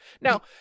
Now